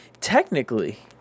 technically